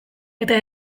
eta